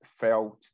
felt